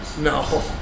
No